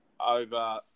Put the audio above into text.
over